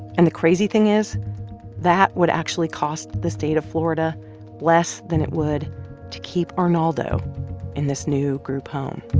and the crazy thing is that would actually cost the state of florida less than it would to keep arnaldo in this new group home